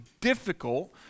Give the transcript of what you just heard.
difficult